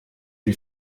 wie